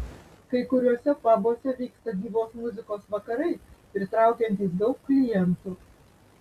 kai kuriuose pabuose vyksta gyvos muzikos vakarai pritraukiantys daug klientų